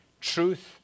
Truth